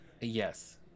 Yes